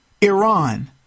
Iran